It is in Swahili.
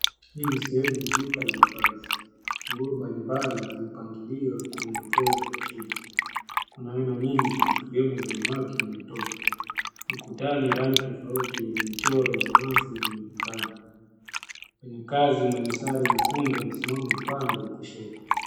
Hii ni sehemu ya duka la mavazi. Nguo mbalimbali zimepangiliwa kwenye mabega ya chuma. Kuna aina nyingi, zikiwemo za wanawake na watoto. Ukutani rangi tofauti yenye michoro ya almasi zinaonekana. Kwenye kazi mwenye sare nyekundu, amesimama upande wa kushoto.